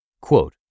Quote